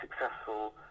successful